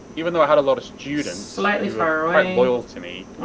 even though i had a lot of students who were quite loyal to me,